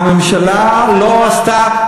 הממשלה לא עשתה,